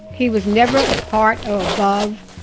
he was never a part ah above,